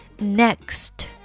next